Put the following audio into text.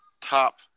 top